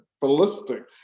ballistic